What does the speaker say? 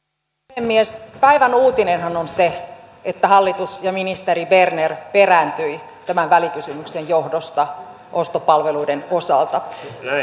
puhemies päivän uutinenhan on se että hallitus ja ministeri berner perääntyivät tämän välikysymyksen johdosta ostopalveluiden osalta